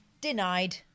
denied